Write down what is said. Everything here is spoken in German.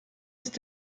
ist